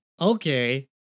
Okay